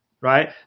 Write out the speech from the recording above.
right